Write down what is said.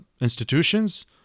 institutions